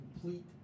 complete